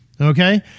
Okay